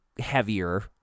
heavier